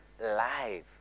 life